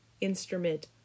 instrument